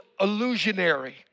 illusionary